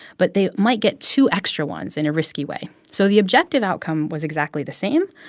but they might get two extra ones in a risky way. so the objective outcome was exactly the same.